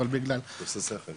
אבל בגלל העניין.